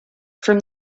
from